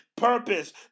purpose